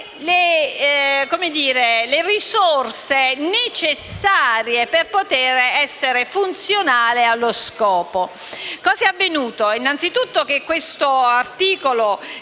le risorse necessarie per essere funzionale allo scopo.